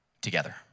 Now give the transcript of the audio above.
together